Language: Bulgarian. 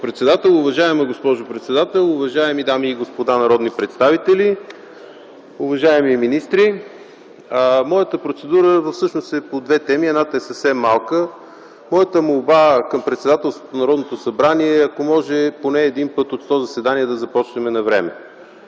Уважаема госпожо председател, уважаеми дами и господа народни представители, уважаеми министри! Моята процедура всъщност е по две теми. Едната е съвсем кратка. Молбата ми към Председателството на Народното събрание е, ако може поне веднъж от сто заседания да започнем навреме.